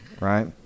right